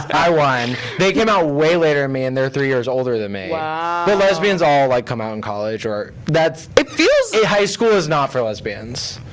i won. they came out way later than me, and they're three years older than me. wow. the lesbians all like come out in college or. that's it feels. high school is not for lesbians.